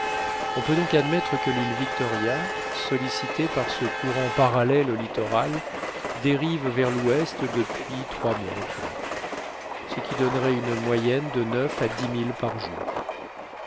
on peut donc admettre que l'île victoria sollicitée par ce courant parallèle au littoral dérive vers l'ouest depuis trois mois environ ce qui donnerait une moyenne de neuf à dix milles par jour